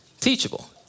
teachable